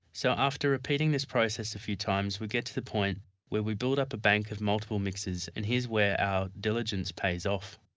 so after repeating this process a few times, we get to the point where we build up a bank of multiple mixes and here's where our diligence pays off.